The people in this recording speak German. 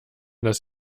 das